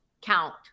count